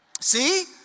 See